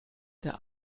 der